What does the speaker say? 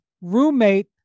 roommate